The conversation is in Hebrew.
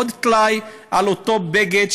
עוד טלאי על אותו בגד,